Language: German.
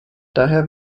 daher